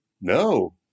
No